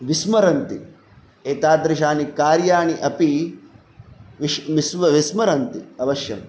विस्मरन्ति एतादृशानि कार्याणि अपि विश् विस् विस्मरन्ति अवश्यम्